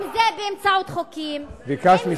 אם זה באמצעות חוקים, אם